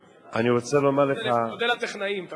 אולי נודה לראש הממשלה על זה,